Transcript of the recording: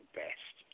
best